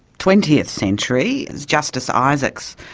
twentieth century, justice isaacs,